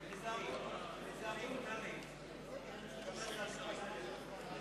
מענקים מיועדים לרשויות ושירותי דת לעדות לא),